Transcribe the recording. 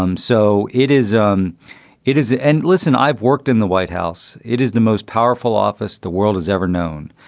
um so it is um it is it? and listen, i've worked in the white house. it is the most powerful office the world has ever known.